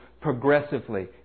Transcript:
progressively